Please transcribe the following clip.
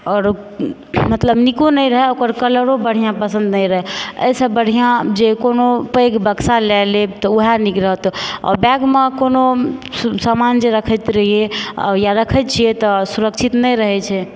आओर मतलब नीको नहि रहऽ ओकर कलरो बढ़िआँ पसन्द नहि रहय एहिसँ बढ़िआँ जे कोनो पैघ बक्सा लय लेब तऽ ओहे नीक रहत आओर बैगमऽ कोनो स समान जे रखैत रहियै वा रखैत छियै तऽ सुरक्षित नहि रहैत छै